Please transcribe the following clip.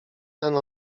ten